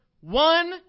one